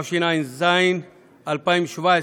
התשע"ז 2017,